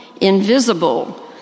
invisible